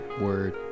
Word